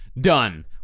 done